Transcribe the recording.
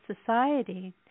society